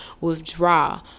withdraw